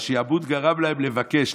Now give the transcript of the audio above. השעבוד גרם להם לבקש,